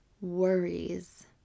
worries